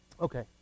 Okay